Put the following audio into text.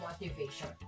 motivation